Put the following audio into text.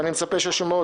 אני מצפה שכל סיעה,